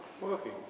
Working